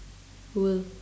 who will